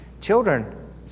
Children